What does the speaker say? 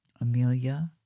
Amelia